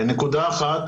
נקודה אחת,